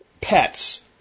pets